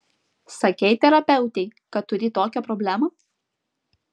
sakei terapeutei kad turi tokią problemą